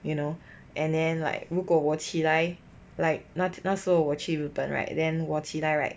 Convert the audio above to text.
you know and then like 如果我起来 like 那那时候我去 newton 我起来 right